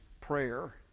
prayer